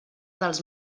dels